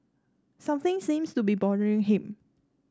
something seems to be bothering him